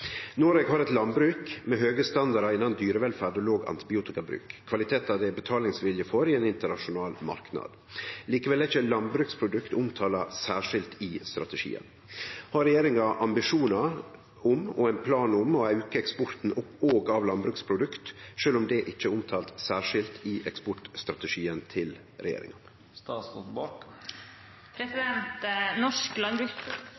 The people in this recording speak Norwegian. Noreg har eit landbruk med høge standardar innan dyrevelferd og låg antibiotikabruk, kvalitetar det er betalingsvilje for i ein internasjonal marknad. Likevel er ikkje landbruksprodukt omtalt særskilt i strategien. Har regjeringa ambisjonar og ein plan om å auke eksporten òg av landbruksprodukt, sjølv om dette ikkje er omtalt særskilt i eksportstrategien til